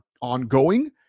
ongoing